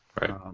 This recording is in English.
Right